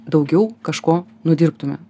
daugiau kažko nudirbtume